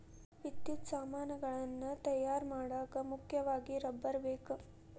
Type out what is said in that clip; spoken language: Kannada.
ವಿದ್ಯುತ್ ಸಾಮಾನುಗಳನ್ನ ತಯಾರ ಮಾಡಾಕ ಮುಖ್ಯವಾಗಿ ರಬ್ಬರ ಬೇಕ